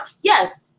Yes